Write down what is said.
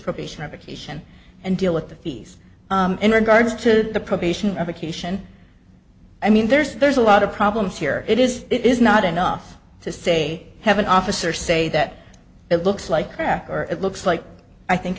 probation revocation and deal with the fees in regards to the probation revocation i mean there's there's a lot of problems here it is it is not enough to say have an officer say that it looks like it looks like i think